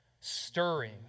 stirring